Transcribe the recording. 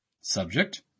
subject